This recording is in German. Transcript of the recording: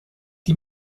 die